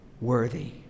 worthy